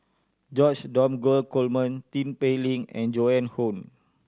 George Dromgold Coleman Tin Pei Ling and Joan Hon